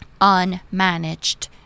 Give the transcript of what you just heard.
unmanaged